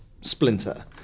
splinter